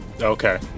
Okay